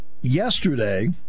Yesterday